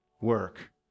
work